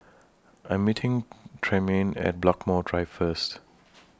I Am meeting Tremaine At Blackmore Drive First